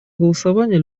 голосования